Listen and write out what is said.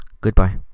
goodbye